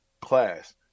class